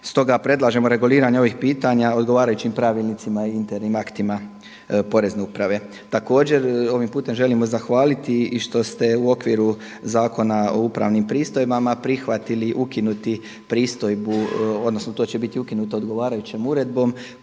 Stoga predlažemo reguliranje ovih pitanja odgovarajućim pravilnicima i internim aktima Porezne uprave. Također ovim putem želimo zahvaliti i što ste u okviru Zakona o upravnim pristojbama prihvatili ukinuti pristojbu, odnosno to će biti ukinuto odgovarajućom uredbom